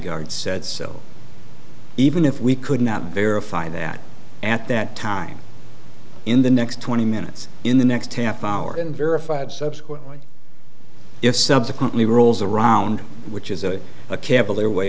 guard said so even if we could not verify that at that time in the next twenty minutes in the next half hour and verified subsequently if subsequently rolls around which is a a cavalier way